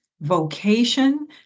vocation